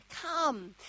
Come